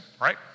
right